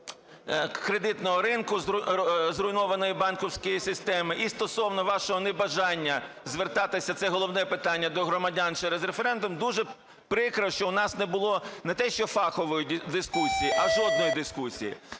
кредитного ринку, зруйнованої банківської системи, і стосовно вашого небажання звертатися, це головне питання, до громадян через референдум, дуже прикро, що у нас не було не те, що фахової дискусії, а жодної дискусії.